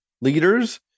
leaders